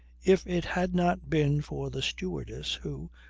if it had not been for the stewardess who,